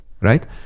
right